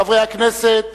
חברי הכנסת